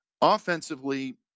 offensively